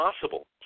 possible